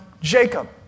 Jacob